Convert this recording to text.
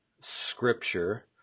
scripture